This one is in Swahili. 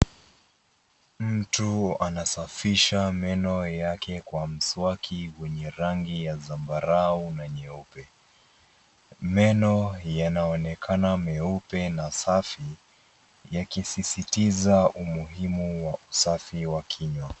Mtu anasafisha meno yake kwa mswaki wenye rangi ya zambarau na nyeupe. Meno yanaonekana meupe na safi yakisisitiza umuhimu wa usafi wa kinywa.